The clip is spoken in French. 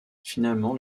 finalement